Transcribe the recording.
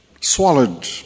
swallowed